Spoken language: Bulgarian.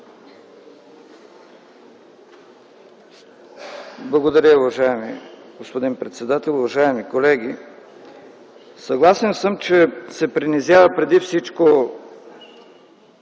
Благодаря. Уважаеми господин председател, уважаеми колеги! Съгласен съм, че се принизява